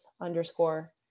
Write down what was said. underscore